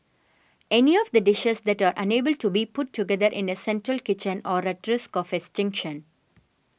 any of the dishes that are unable to be put together in a central kitchen are at risk of extinction